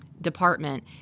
department